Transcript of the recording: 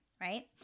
right